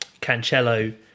Cancello